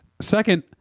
Second